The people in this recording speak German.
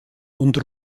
und